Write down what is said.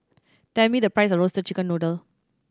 tell me the price of Roasted Chicken Noodle